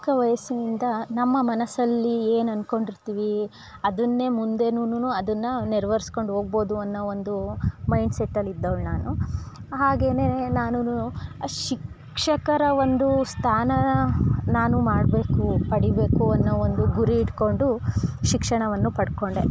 ಚಿಕ್ಕ ವಯಸ್ಸಿನಿಂದ ನಮ್ಮ ಮನಸ್ಸಲ್ಲಿ ಏನು ಅಂದ್ಕೊಂಡು ಇರ್ತೀವಿ ಅದನ್ನೇ ಮುಂದೆನುನುನು ಅದನ್ನು ನೆರವೇರಿಸ್ಕೊಂಡು ಹೋಗಬೋದು ಅನ್ನೋ ಒಂದು ಮೈಂಡ್ ಸೆಟ್ಟಲ್ಲಿ ಇದ್ದೋಳು ನಾನು ಹಾಗೆಯೇ ನಾನೂ ಶಿಕ್ಷಕರ ಒಂದು ಸ್ಥಾನನ ನಾನು ಮಾಡಬೇಕು ಪಡೀಬೇಕು ಅನ್ನೋ ಒಂದು ಗುರಿ ಇಟ್ಕೊಂಡು ಶಿಕ್ಷಣವನ್ನು ಪಡ್ಕೊಂಡೆ